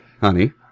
honey